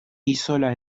hízola